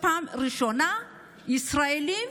פעם ראשונה שישראלים